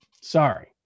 Sorry